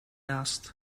asked